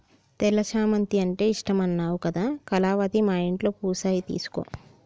తెల్ల చామంతి అంటే ఇష్టమన్నావు కదా కళావతి మా ఇంట్లో పూసాయి తీసుకో